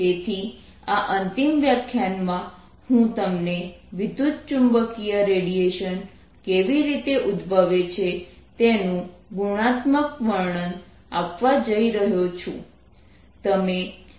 તેથી આ અંતિમ વ્યાખ્યાનમાં હું તમને વિદ્યુતચુંબકીય રેડિયેશન કેવી રીતે ઉદભવે છે તેનું ગુણાત્મક વર્ણન આપવા જઈ રહ્યો છું